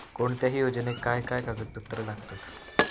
कोणत्याही योजनेक काय काय कागदपत्र लागतत?